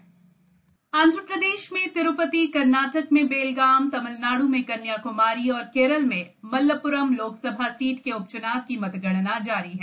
लोकसभा उपचुनाव आंध्र प्रदेश में तिरूपतिए कर्नाटक में बेलगामए तमिलनाडू में कन्याक्मारी और केरल में मलप्प्रम लोकसभा सीट के उपच्नाव की मतगणना जारी है